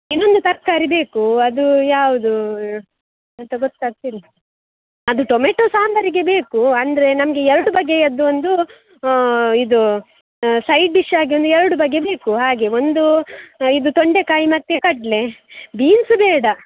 ಇನ್ನೊಂದು ತರಕಾರಿ ಬೇಕು ಅದು ಯಾವುದು ಅಂತ ಗೊತ್ತಾಗ್ತಿಲ್ಲ ಅದು ಟೊಮೇಟೊ ಸಾಂಬಾರಿಗೆ ಬೇಕು ಅಂದರೆ ನಮಗೆ ಎರಡು ಬಗೆಯದ್ದು ಒಂದು ಇದು ಸೈಡ್ ಡಿಶ್ ಆಗಿ ಒಂದು ಎರಡು ಬಗೆ ಬೇಕು ಹಾಗೆ ಒಂದು ಇದು ತೊಂಡೆಕಾಯಿ ಮತ್ತೆ ಕಡಲೆ ಬೀನ್ಸ್ ಬೇಡ